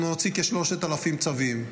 אנחנו נוציא כ-3,000 צווים,